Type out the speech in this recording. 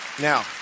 Now